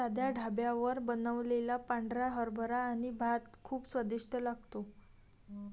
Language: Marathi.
साध्या ढाब्यावर बनवलेला पांढरा हरभरा आणि भात खूप स्वादिष्ट लागतो